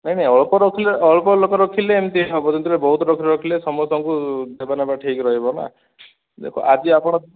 ନାଇଁ ନାଇଁ ଅଳ୍ପ ରଖିଲେ ଅଳ୍ପ ଲୋକ ରଖିଲେ ଏମ୍ତି ହିଁ ହେବ ଯେତେବେଳେ ବହୁତ ଲୋକ ରଖିଲେ ସମସ୍ତଙ୍କୁ ଦେବା ନେବା ଠି୍କ ରହିବ ନା ଦେଖ ଆଜି ଆପଣ